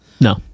no